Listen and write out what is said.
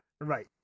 right